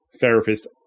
Therapist